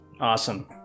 Awesome